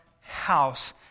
house